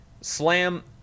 slam